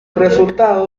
resultado